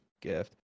gift